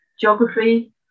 geography